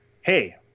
hey